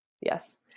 Yes